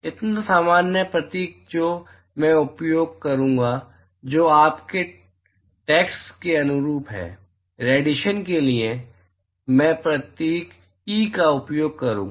इतना सामान्य प्रतीक जो मैं उपयोग करूंगा जो आपके टैक्स्ट के अनुरूप है रेडिएशन के लिए मैं प्रतीक ई का उपयोग करूंगा